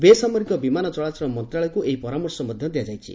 ବେସାମରିକ ବିମାନ ଚଳାଚଳ ମନ୍ତଶାଳୟକୁ ଏହି ପରାମର୍ଶ ମଧ୍ଧ ଦିଆଯାଇଛି